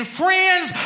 friends